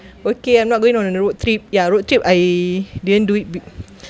okay I'm not going on a road trip ya road trip I didn't do it be~